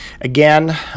Again